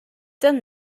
done